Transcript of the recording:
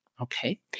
Okay